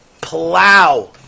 plow